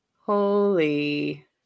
Holy